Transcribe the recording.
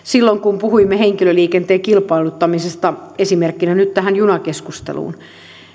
kun puhuimme henkilöliikenteen kilpailuttamisesta esimerkkinä nyt tähän junakeskusteluun